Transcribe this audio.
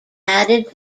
added